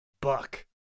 Buck